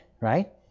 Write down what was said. right